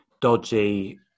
dodgy